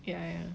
ya ya